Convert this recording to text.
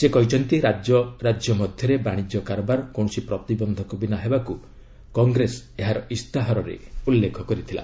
ସେ କହିଛନ୍ତି ରାଜ୍ୟ ରାଜ୍ୟ ମଧ୍ୟରେ ବାଣିଜ୍ୟ କାରବାର କୌଣସି ପ୍ରତିବନ୍ଧକ ବିନା ହେବାକୁ ମଧ୍ୟ କଂଗ୍ରେସ ଏହାର ଇସ୍ତାହାରରେ ଉଲ୍ଲେଖ କରିଥିଲା